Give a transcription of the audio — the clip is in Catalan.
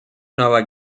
nova